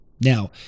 Now